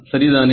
சரிதானே